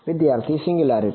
વિદ્યાર્થી સિંગયુંલારીટી